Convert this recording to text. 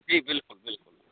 जी बिलकुल बिलकुल